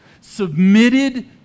submitted